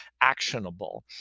actionable